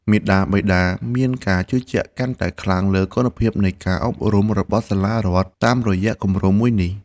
មាតាបិតាមានការជឿជាក់កាន់តែខ្លាំងលើគុណភាពនៃការអប់រំរបស់សាលារដ្ឋតាមរយៈគម្រោងមួយនេះ។